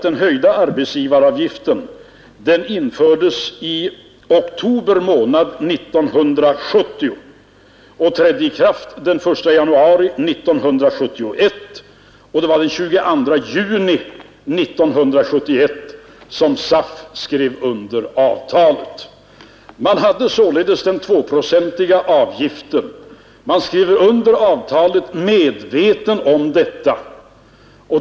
Den höjda arbetsgivaravgiften infördes i oktober månad 1970 och trädde i kraft den 1 januari 1971. Det var den 22 juni 1971 som SAF skrev under avtalet. Man hade således den tvåprocentiga avgiften. Man skrev under avtalet medveten om detta.